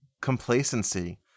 Complacency